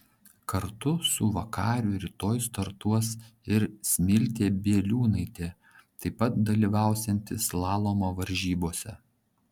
kartu su vakariu rytoj startuos ir smiltė bieliūnaitė taip pat dalyvausianti slalomo varžybose